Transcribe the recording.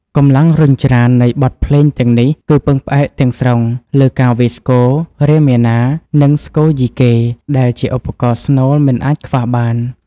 កម្លាំងរុញច្រាននៃបទភ្លេងទាំងនេះ គឺពឹងផ្អែកទាំងស្រុងលើការវាយស្គរ រាមាណា និង ស្គរយីកេ ដែលជាឧបករណ៍ស្នូលមិនអាចខ្វះបាន។